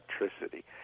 electricity